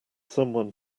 someone